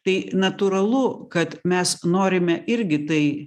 tai natūralu kad mes norime irgi tai